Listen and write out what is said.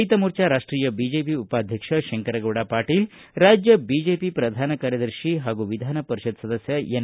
ರೈತ ಮೋರ್ಚಾ ರಾಷ್ಟೀಯ ಬಿಜೆಪಿ ಉಪಾಧ್ಯಕ್ಷ ಶಂಕರಗೌಡ ಪಾಟೀಲ್ ರಾಜ್ಯ ಬಿಜೆಪಿ ಪ್ರಧಾನ ಕಾರ್ಯದರ್ಶಿ ಹಾಗೂ ವಿಧಾನ ಪರಿಷತ್ ಸದಸ್ಯ ಎನ್